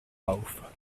auf